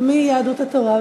מיהדות התורה.